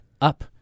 Up